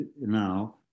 now